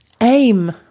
aim